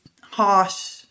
harsh